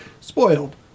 spoiled